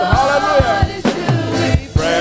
Hallelujah